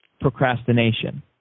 procrastination